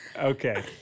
Okay